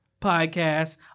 podcast